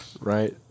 right